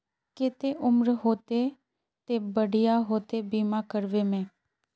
केते उम्र होते ते बढ़िया होते बीमा करबे में?